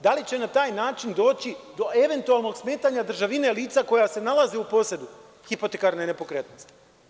Da li će na taj način doći do eventualnog smetanja državine lica koja se nalaze u posedu hipotekarne nepokretnosti?